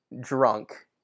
drunk